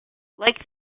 like